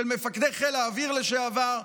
של מפקדי חיל האוויר לשעבר,